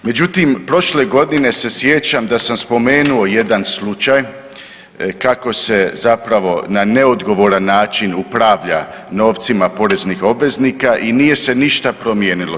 Međutim, prošle godine se sjećam da sam spomenuo jedan slušaj kako se zapravo na neodgovoran način upravlja novcima poreznih obveznika i nije se ništa promijenilo.